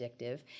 addictive